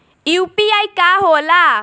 UPI का होला?